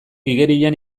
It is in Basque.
igerian